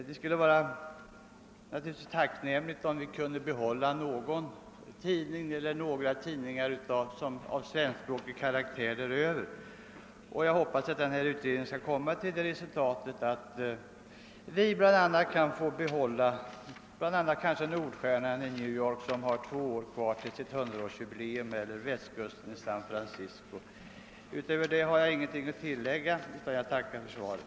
Det vore naturligtvis tacknämligt om man kunde behålla någon eller några svenskspråkiga tidningar däröver. Jag hoppas att utredningen snabbt skall ge till resultat att det blir fallet med bl.a. Nordstjernan i New York, som har två år kvar till sitt hundraårsjubileum, och Vestkusten i San Francisco. Jag tackar än en gång för svaret.